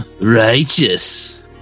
Righteous